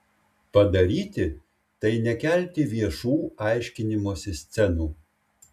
padaryti tai nekelti viešų aiškinimosi scenų